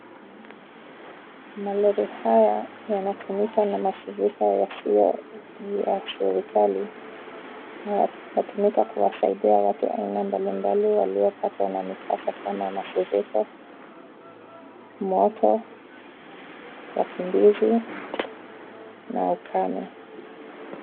Malori haya yanatumika na mashirika ya serikali na yanatumika kuwasaidia watu aina mbalimbali waliopatwa na mikasa kama mafuriko , moto , wakimbizi, na ukame.